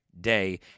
day